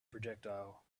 projectile